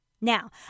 Now